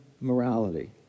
morality